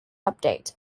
update